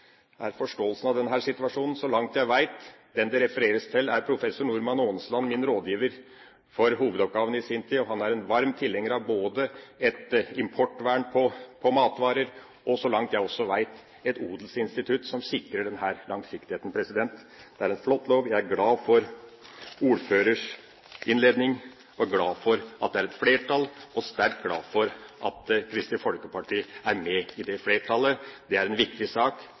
er forståelsen av denne situasjonen. Så langt jeg vet, er den det refereres til, professor Normann Aanesland – min rådgiver for hovedoppgaven i sin tid – og han er en varm tilhenger av både et importvern på matvarer og, så langt jeg også vet, et odelsinstitutt som sikrer denne langsiktigheten. Det er en flott lov. Jeg er glad for ordførerens innledning og er glad for at det er et flertall for den, og jeg er sterkt glad for at Kristelig Folkeparti er med i det flertallet. Det er en viktig sak,